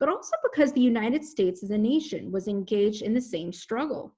but also because the united states as a nation was engaged in the same struggle.